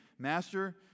Master